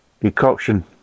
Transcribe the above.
decoction